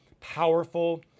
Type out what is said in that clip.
Powerful